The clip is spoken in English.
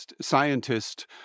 scientist